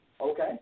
Okay